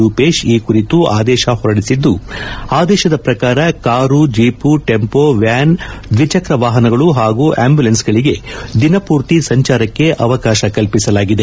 ರೂಪೇಶ್ ಈ ಕುರಿತು ಆದೇಶ ಹೊರಡಿಸಿದ್ದು ಆದೇಶದ ಪ್ರಕಾರ ಕಾರು ಜೀಪು ಟೆಂಪೋ ವ್ಯಾನ್ ದ್ವಿಚಕ್ರ ವಾಹನಗಳು ಹಾಗೂ ಅಂಬುಲೆನ್ಸ್ಗಳಿಗೆ ದಿನಪೂರ್ತಿ ಸಂಚಾರಕ್ಕೆ ಅವಕಾಶ ಕಲ್ಪಿಸಲಾಗಿದೆ